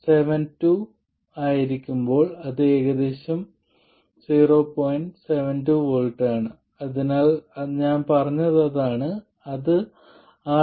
72 V ആണ് അതിനാൽ ഞാൻ പറഞ്ഞത് അതാണ് അത് 6